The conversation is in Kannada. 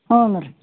ಹ್ಞೂ ರೀ